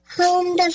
Home